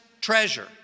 treasure